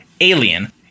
alien